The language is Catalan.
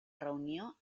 reunió